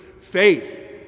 faith